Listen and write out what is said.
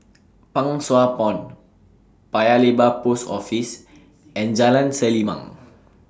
Pang Sua Pond Paya Lebar Post Office and Jalan Selimang